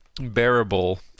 Bearable